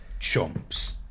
chomps